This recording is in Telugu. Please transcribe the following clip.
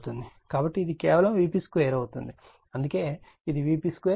కాబట్టి ఇది కేవలం Vp2 అవుతుంది అందుకే ఇది 3 Vp2